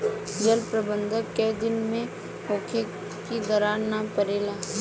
जल प्रबंधन केय दिन में होखे कि दरार न परेला?